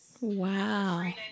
wow